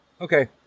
Okay